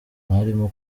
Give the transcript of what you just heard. ntarimo